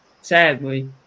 sadly